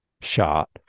shot